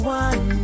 one